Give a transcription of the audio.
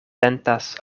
tentas